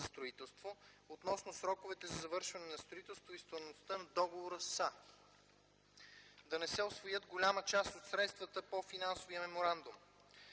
за строителство относно сроковете за завършване на строителството и стойността на договора са: - да не се усвоят голяма част от средствата по Финансовия меморандум;